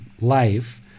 life